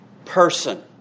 Person